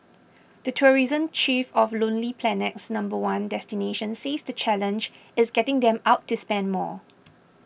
the tourism chief of Lonely Planet's number one destination says the challenge is getting them out to spend more